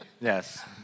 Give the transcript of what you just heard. Yes